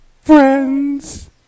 Friends